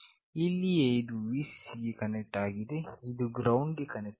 ಇಲ್ಲಿಯೇ ಇದು Vcc ಗೆ ಕನೆಕ್ಟ್ ಆಗಿದೆ ಇದು GND ಗೆ ಕನೆಕ್ಟ್ ಆಗಿದೆ